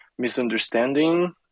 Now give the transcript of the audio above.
misunderstanding